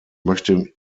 möchte